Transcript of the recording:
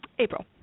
April